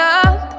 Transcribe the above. up